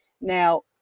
Now